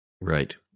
Right